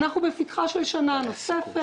אנחנו בפתחה של שנה נוספת.